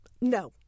No